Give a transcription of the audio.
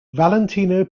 valentino